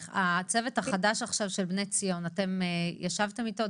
הצוות החדש של בני ציון, ישבתם אתו?